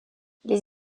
les